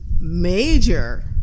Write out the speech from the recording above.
major